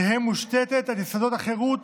תהא מושתתה על יסודות החירות,